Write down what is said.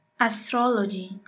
Astrology